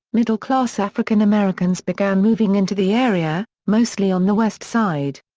middle class african-americans began moving into the area, mostly on the west side.